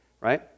right